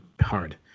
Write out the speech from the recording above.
Hard